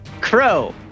Crow